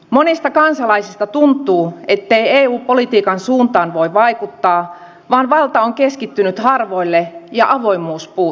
monista kansalaisista tuntuu ettei eu politiikan suuntaan voi vaikuttaa vaan valta on keskittynyt harvoille ja avoimuus puuttuu